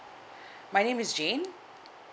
my name is jane